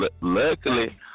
Luckily